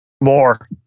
more